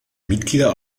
mitglieder